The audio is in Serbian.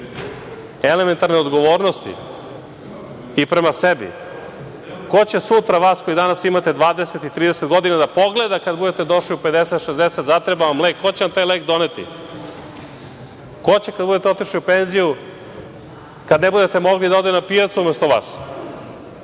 Elementarna odgovornosti i prema sebi, ko će sutra vas koji danas imate 20 i 30 godina da pogleda kada budete došli u 50, 60, i zatreba vam lek. Ko će vam taj lek doneti? Ko će kada budete otišli u penziju, kada ne budete mogli da ode na pijacu umesto vas?